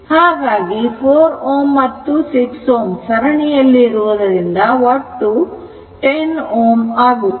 ಹಾಗಾಗಿ 4 Ω ಮತ್ತು 6 Ω ಸರಣಿಯಲ್ಲಿ ಇರುವುದರಿಂದ ಒಟ್ಟು 10 Ω ಆಗುತ್ತದೆ